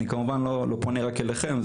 אני כמובן לא פונה רק אליכם,